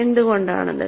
എന്തുകൊണ്ടാണത്